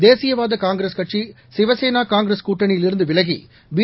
தேசியவாத காங்கிரஸ் கட்சி சிவசேனா காங்கிரஸ் கூட்டணியிலிருந்து விலகி பி